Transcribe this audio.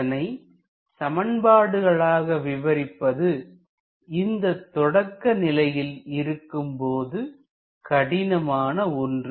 இதனை சமன்பாடுகள் ஆக விவரிப்பது இந்தத் தொடக்க நிலையில் இருக்கும்போது கடினமான ஒன்று